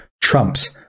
Trump's